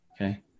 Okay